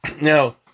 Now